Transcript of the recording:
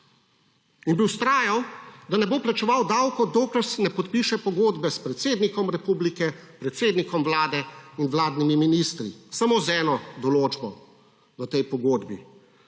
in bi vztrajal, da ne bo plačeval davkov, dokler se ne podpiše pogodbe s predsednikom republike, predsednikom Vlade in vladnimi ministri, samo z eno določbo v tej pogodbi,